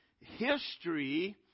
history